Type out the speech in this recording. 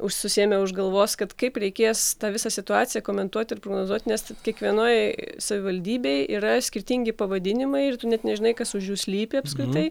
už susiėmę už galvos kad kaip reikės tą visą situaciją komentuot ir prognozuot nes kiekvienoj savivaldybėj yra skirtingi pavadinimai ir tu net nežinai kas už jų slypi apskritai